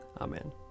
Amen